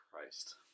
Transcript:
Christ